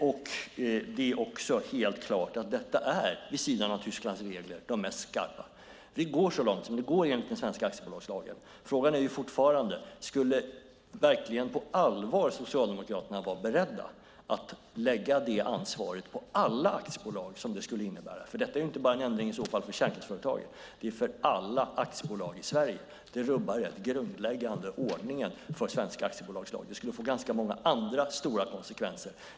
Det är också helt klart att detta är, vid sidan av Tysklands regler, det mest skarpa. Vi går så långt som det går enligt den svenska aktiebolagslagen. Frågan är fortfarande: Skulle Socialdemokraterna verkligen på allvar vara beredda att lägga det ansvaret på alla aktiebolag som det skulle innebära? Detta är i så fall en ändring inte bara för kärnkraftsföretagen utan för alla aktiebolag i Sverige. Det rubbar den grundläggande ordningen för svenska aktiebolag. Det skulle få ganska många andra stora konsekvenser.